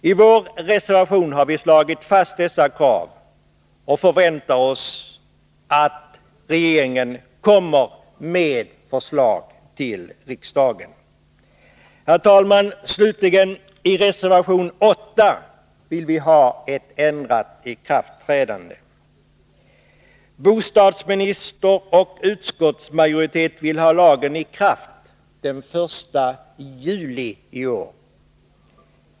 I vår reservation har vi slagit fast dessa krav och förväntar oss att regeringen kommer med ett förslag till riksdagen. Herr talman! Slutligen begär vi i reservation 8 ett ändrat ikraftträdande. Bostadsministern och utskottsmajoriteten vill ha lagen i kraft den 1 juli i år.